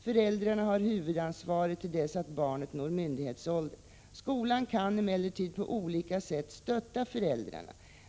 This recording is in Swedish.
Föräldrarna har huvudansvaret till dess att barnet når myndighetsåldern. Skolan kan emellertid på olika sätt stötta föräldrarna.